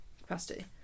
capacity